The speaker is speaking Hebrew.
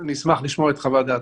אני אשמח לשמוע את חוות דעתך.